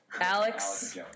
Alex